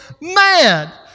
mad